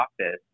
office